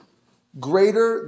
greater